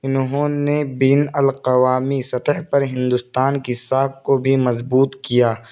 انہوں نے بین القوامی سطح پر ہندوستان کی ساکت کو بھی مضبوط کیا